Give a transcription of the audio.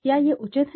क्या ये उचित हैं